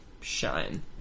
shine